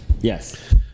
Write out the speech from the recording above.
Yes